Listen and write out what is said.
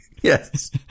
Yes